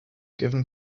given